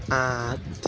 আঠ